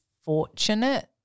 fortunate